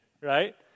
right